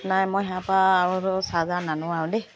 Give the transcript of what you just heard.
নাই মই ইয়াৰপা আৰু চাৰ্জাৰ নানো আৰু দেই